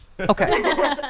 okay